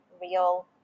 real